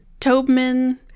Tobman